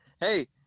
hey